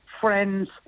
friends